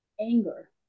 anger